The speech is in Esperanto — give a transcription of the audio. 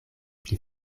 pli